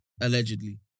allegedly